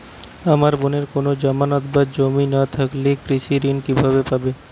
আমার বোনের কোন জামানত বা জমি না থাকলে কৃষি ঋণ কিভাবে পাবে?